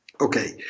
Okay